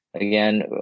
again